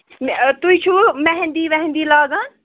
مےٚ تُہۍ چھِوٕ مہندی وٮ۪ہندی لاگان